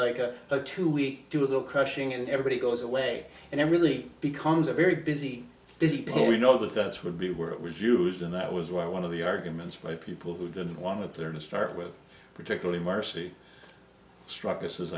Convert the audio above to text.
like a two week do of the crushing and everybody goes away and it really becomes a very busy busy people we know that that's would be where it was used and that was why one of the arguments by people who didn't want there to start with particularly marcy struck this is